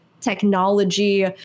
technology